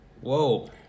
Whoa